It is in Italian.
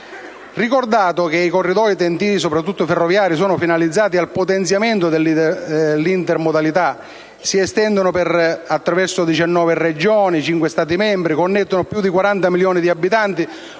ricordato che i corridoi Ten-t sono soprattutto ferroviari e sono finalizzati al potenziamento dell'intermodalità, si estendono attraverso 19 regioni in 5 Stati membri, connettono più di 40 milioni di abitanti,